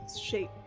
shape